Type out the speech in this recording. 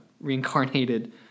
reincarnated